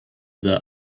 the